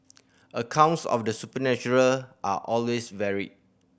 accounts of the supernatural are always varied